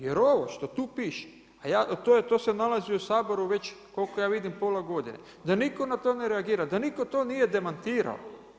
Jer ovo što tu piše, a to se nalazi u Saboru već koliko ja vidim pola godine, da nitko na to ne reagira, da nitko to nije demantirao.